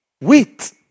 wait